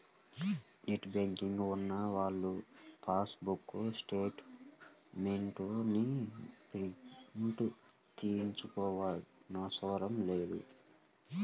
net banking ఉన్నవాళ్ళు passbook statements ని print తీయించుకోనవసరం లేదు